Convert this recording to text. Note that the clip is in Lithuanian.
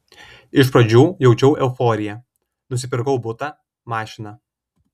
iš pradžių jaučiau euforiją nusipirkau butą mašiną